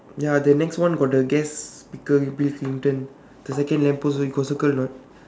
ya the next one got the guest speaker bill clinton the second lamp post you got circle or not